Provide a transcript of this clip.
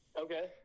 Okay